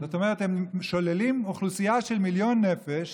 זאת אומרת, הם שוללים אוכלוסייה של מיליון נפש